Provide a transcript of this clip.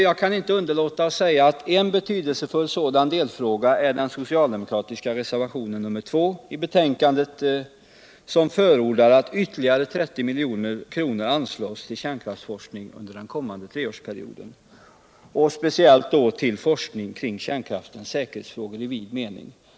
Jag kan inte underlåta att säga att en betydelsefull sådan delfråga behandlas i den socialdemokratiska reservationen 2, där det förordas att ytterligare 30 milj.kr. bör anslås till kärnkraftsfoörskning under den kommande treårsperioden. speciell för forskning om kärnkraftens säkerhetsfrågor i vid mening.